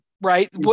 Right